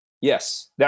yes